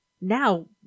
Now